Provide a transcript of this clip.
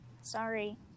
Sorry